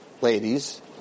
ladies